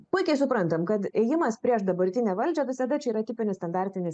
puikiai suprantam kad ėjimas prieš dabartinę valdžią visada čia yra tipinis standartinis